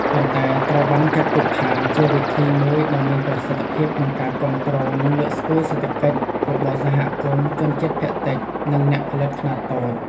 ប៉ុន្តែត្រូវបានចាត់ទុកថាជាវិធីមួយដ៏មានប្រសិទ្ធភាពក្នុងការគាំទ្រនិងលើកស្ទួយសេដ្ឋកិច្ចរបស់សហគមន៍ជនជាតិភាគតិច និងអ្នកផលិតខ្នាតតូច។